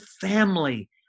family